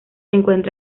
encuentra